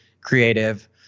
creative